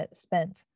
spent